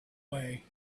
way